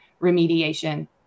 remediation